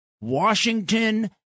Washington